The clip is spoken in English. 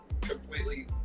completely